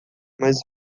mas